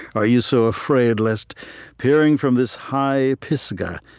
are you so afraid lest peering from this high pisgah,